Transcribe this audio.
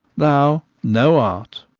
thou no art.